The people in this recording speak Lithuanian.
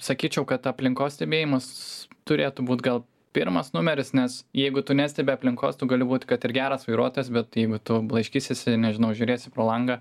sakyčiau kad aplinkos stebėjimas turėtų būt gal pirmas numeris nes jeigu tu nestebi aplinkos tu gali būt kad ir geras vairuotojas bet jeigu tu blaškysiesi nežinau žiūrėsi pro langą